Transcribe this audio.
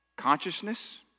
Consciousness